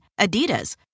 Adidas